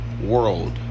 world